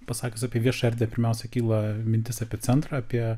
pasakius apie viešą erdvę pirmiausia kyla mintis apie centrą apie